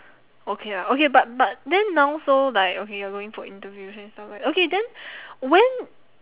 okay ah okay but but then now so like okay you are going for interviews and stuff right okay then when